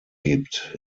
gibt